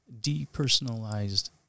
depersonalized